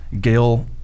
Gail